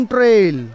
Trail